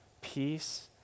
peace